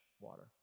water